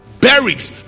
buried